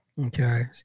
Okay